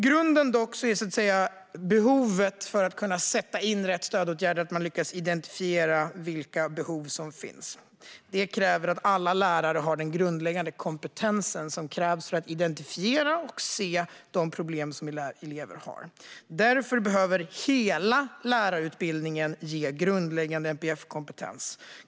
Grunden för att man ska kunna sätta in rätt stödåtgärder är att man lyckas identifiera vilka behov som finns. Det kräver att alla lärare har den grundläggande kompetensen för att identifiera och se de problem som elever har. Därför behöver det i hela lärarutbildningen ges grundläggande NPF-kompetens.